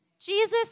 Jesus